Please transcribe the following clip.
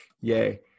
yay